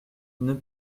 nœud